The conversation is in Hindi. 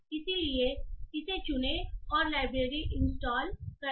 इसलिए इसे चुनें और लाइब्रेरी इंस्टॉल करें